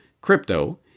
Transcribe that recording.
crypto